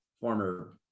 former